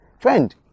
Friend